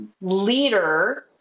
leader